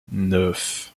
neuf